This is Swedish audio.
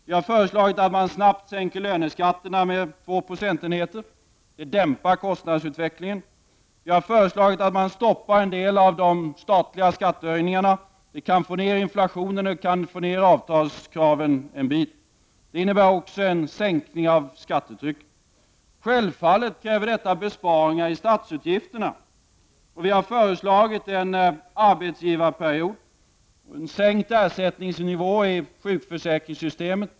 Vi har föreslagit att man snabbt skall sänka löneskatterna med två procentenheter. Det dämpar kostnadsutvecklingen. Vi har föreslagit att man skall stoppa en del av de statliga skattehöjningarna. Det kan få ned inflationen, och det kan få ned avtalskraven en bit. Det innebär också en sänkning av skattetrycket. Självfallet kräver detta besparingar i statsutgifterna. Vi har föreslagit en arbetsgivarperiod och en sänkt ersättningsnivå i sjukförsäkringssystemet.